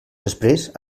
després